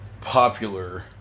popular